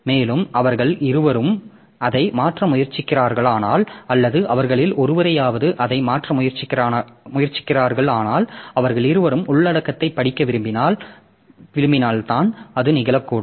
மேலும் அவர்கள் இருவரும் அதை மாற்ற முயற்சிக்கிறார்களானால் அல்லது அவர்களில் ஒருவரையாவது அதை மாற்ற முயற்சிக்கிறார்களானால் அவர்கள் இருவரும் உள்ளடக்கத்தைப் படிக்க விரும்பினால் தான் அது நிகழக்கூடும்